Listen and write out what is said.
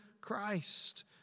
Christ